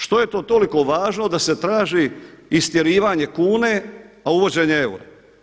Što je to toliko važno da se traži istjerivanje kune, a uvođenje eura?